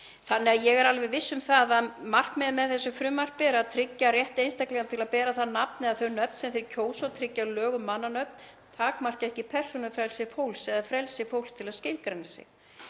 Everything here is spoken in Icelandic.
undir. Ég er því alveg viss um það að markmiðið með þessu frumvarpi er að tryggja rétt einstaklinga til að bera það nafn eða þau nöfn sem þeir kjósa og tryggja að lög um mannanöfn takmarki ekki persónufrelsi fólks eða frelsi fólks til að skilgreina sig.